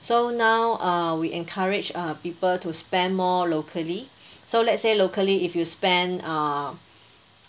so now uh we encourage uh people to spend more locally so let's say locally if you spend err